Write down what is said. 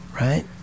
right